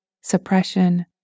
suppression